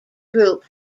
group